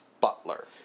butler